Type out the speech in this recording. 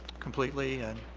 completely and